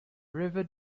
river